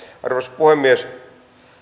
arvoisa puhemies